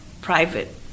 private